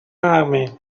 army